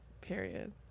Period